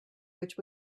which